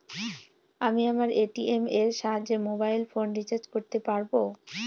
আমি আমার এ.টি.এম এর সাহায্যে মোবাইল ফোন রিচার্জ করতে পারব?